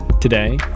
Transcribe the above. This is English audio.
Today